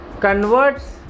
converts